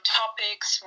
topics